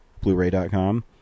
Blu-ray.com